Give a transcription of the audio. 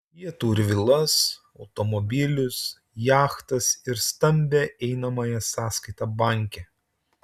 jie turi vilas automobilius jachtas ir stambią einamąją sąskaitą banke